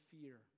fear